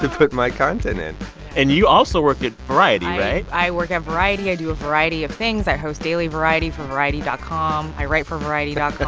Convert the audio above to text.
put my content in and you also work at variety, right? i work at variety. i do a variety of things. i host daily variety for variety dot com. i write for variety dot but